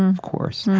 of course.